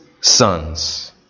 sons